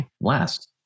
last